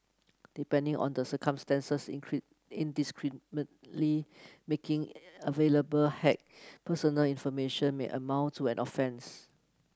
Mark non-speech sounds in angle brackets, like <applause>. depending on the circumstances <unintelligible> indiscriminately making available hacked personal information may amount to an offence